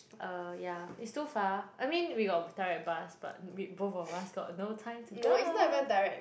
uh ya it's too far I mean we got direct bus but we both of us got no time to go